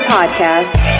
Podcast